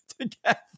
together